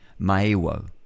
Maewo